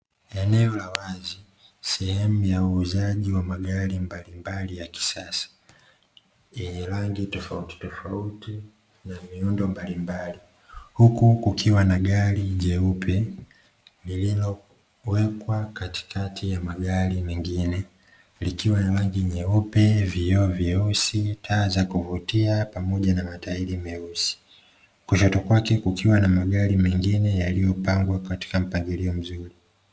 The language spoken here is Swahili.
Eneo la wazi sehemu ya uuzaji wa magari mbalimbali ya kisasa yenye rangi tofauti tofauti na miundo mbalimbali, huku kukiwa na gari jeupe liliowekwa katikatika ya magari mengine likiwa na rangi nyeupe, vioo vyeusi, taa za kuvutia pamoja na matairi meusi kushoto kwake kukikwa na magari mengine yaliyopopangwa katika mpangilio nzuri.